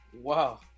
Wow